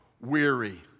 weary